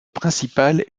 principale